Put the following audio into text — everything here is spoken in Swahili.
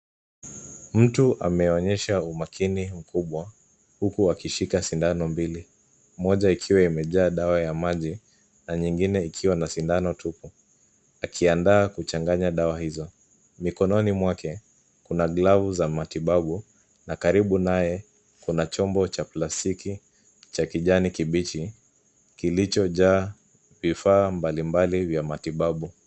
Mtu ameonyesha umakini mkubwa huku akishika sindano mbili moja ikiwa imejaa dawa ya maji na nyingine ikiwa na sindano tupu aki andaa kuchanganya dawa hizo. Mikononi mwake kuna glavu za matibabu na karibu naye kuna chombo cha plastiki cha kijani kibichi kilicho jaa vifaa mbali mbali vya matibabu.